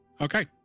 Okay